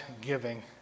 giving